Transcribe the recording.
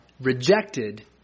rejected